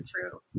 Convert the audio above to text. true